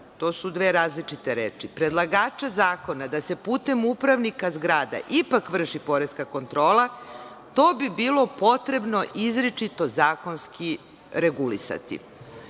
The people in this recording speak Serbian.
to su dve različite reči, predlagača zakona da se putem upravnika zgrada ipak vrši poreska kontrola, to bi bilo potrebno izričito zakonski regulisati.